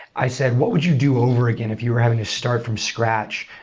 i said, what would you do over again if you're having to start from scratch?